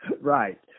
Right